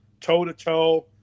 toe-to-toe